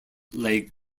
leg